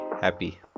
happy